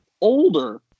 older